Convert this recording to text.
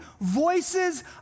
voices